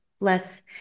less